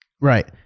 Right